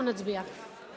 אנחנו נצביע.